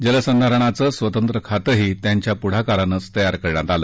जल संधारणाचं स्वतंत्र खातंही त्यांच्या पुढाकारानंच तयार करण्यात आलं